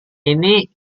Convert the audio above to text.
ini